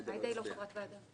הצבעה בעד,